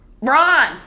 Ron